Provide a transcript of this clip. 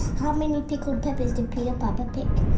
how many pickled peppers did peter piper pick?